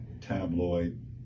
tabloid